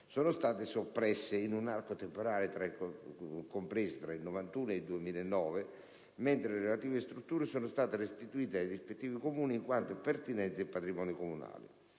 sono state soppresse, in un arco temporale compreso tra il 1991 ed il 2009, mentre le relative strutture sono state restituite ai rispettivi Comuni, in quanto pertinenza del patrimonio comunale.